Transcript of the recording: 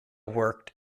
worked